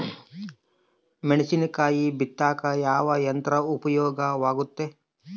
ಮೆಣಸಿನಕಾಯಿ ಬಿತ್ತಾಕ ಯಾವ ಯಂತ್ರ ಉಪಯೋಗವಾಗುತ್ತೆ?